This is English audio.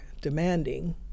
demanding